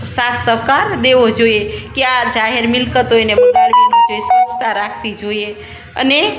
સાથ સહકાર દેવો જોઈએ કે આ જાહેર મિલકત હોય એને બગાડવી ન જોઈએ સ્વચ્છતા રાખવી જોઈએ અને